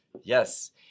Yes